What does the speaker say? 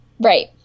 Right